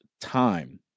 time